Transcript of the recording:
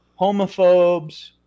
homophobes